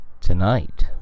Tonight